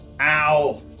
Ow